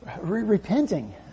Repenting